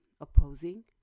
opposing